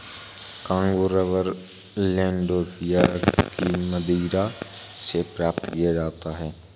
Congo rubber Landolphia की मदिरा से प्राप्त किया जाता है